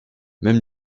même